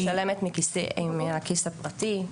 אני משלמת מהכיס הפרטי,